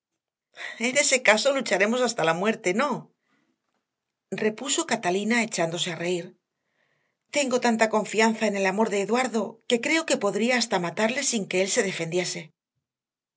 en ese caso lucharemos hasta la muerte no repuso catalina echándose a reír tengo tanta confianza en el amor de eduardo que creo que podría hasta matarle sin que él se defendiese